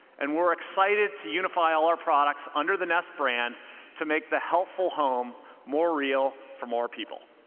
and we're excited to unify all our products under the nest brand to make the helpful home more real for more people.